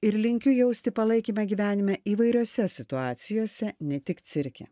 ir linkiu jausti palaikymą gyvenime įvairiose situacijose ne tik cirke